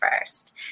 first